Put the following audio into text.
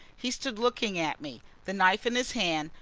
he stood looking at me, the knife in his hand,